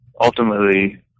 ultimately